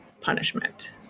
punishment